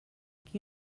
qui